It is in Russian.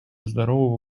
здорового